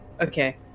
Okay